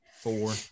four